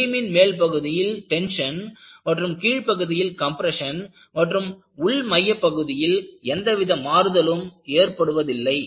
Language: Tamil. பீமின் மேல் பகுதியில் டென்ஷன் மற்றும் கீழ் பகுதியில் கம்பிரஷன் மற்றும் உள் மையப்பகுதியில் எந்தவித மாறுதலும் ஏற்படுவதில்லை